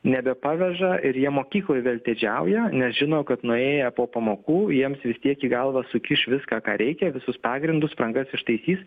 nebepaveža ir jie mokykloj veltėdžiauja nes žino kad nuėję po pamokų jiems vis tiek į galvą sukiš viską ką reikia visus pagrindus spragas ištaisys